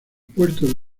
puerto